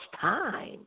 time